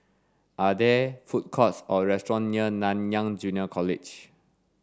are there food courts or restaurants near Nanyang Junior College